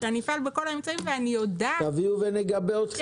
שאני אפעל בכל האמצעים --- תביאו ונגבה אתכם.